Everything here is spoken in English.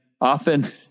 often